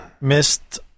Missed